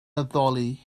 addoli